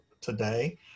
today